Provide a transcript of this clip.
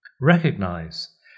recognize